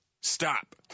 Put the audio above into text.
Stop